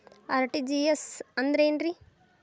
RTGS ಅಂದ್ರ ಏನ್ರಿ?